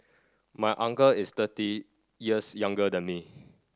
my uncle is thirty years younger than me